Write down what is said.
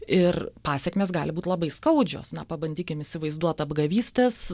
ir pasekmės gali būt labai skaudžios na pabandykim įsivaizduot apgavystes